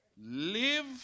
live